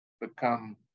become